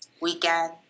Weekend